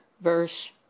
verse